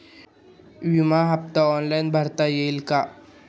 विमा हफ्ता ऑनलाईन भरता येईल का?